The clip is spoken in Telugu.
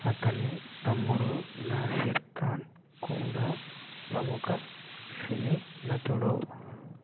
అతని తమ్ముడు నాసిర్ ఖాన్ కూడా ప్రముఖ సినీ నటుడు